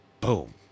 Boom